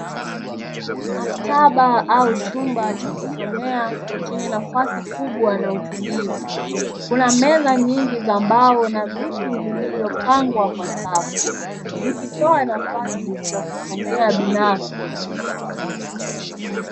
Maktaba au chumba cha kusomea chenye nafasi kubwa na utulivu. Kuna meza nyingi za mbao na viti vilivyopangwa kwa safu zikitoa nafasi za kusomea binafsi.